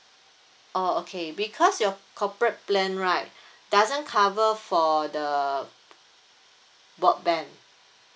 oh okay because your corporate plan right doesn't cover for the broadband